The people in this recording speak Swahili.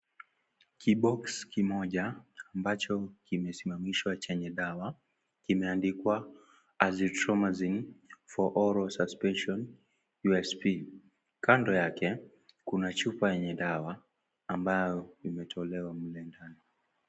Kiboxi kimoja ambacho kimesimishwa cha dawa kimeandikwa azytromycyne for oral suspension usp, Kando yake kuna chupa yenye dawa ambayo imetolewa mle ndani.